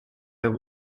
een